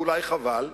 ואולי חבל,